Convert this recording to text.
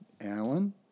Alan